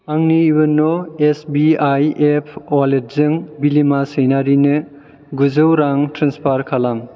आंनि इउन' S B I app वालेटजों बिलिमा सैनारिनो गुजौ रां ट्रेन्सफार खालाम